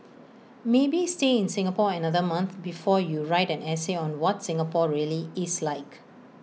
maybe stay in Singapore another month before you write an essay on what Singapore really is like